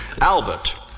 Albert